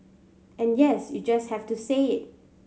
and yes you just have to say it